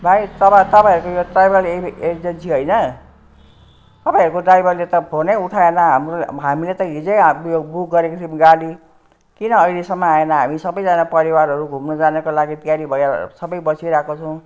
भाइ तपाई तपाईँहरूको यो ट्राभेल एरि एजेन्सी हैन तपाईँहरूको ड्राइभरले त फोनै उठाएन हाम्रो हामीले त हिजै हामीले बु बुक गरेको थियौँ गाडी किन अहिलेसम्म आएन हामी सबैजना परिवारहरू घुम्नु जानुको लागि तयारी भएर सबै बसिरहेका छौँ